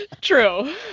true